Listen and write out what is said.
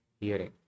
hearing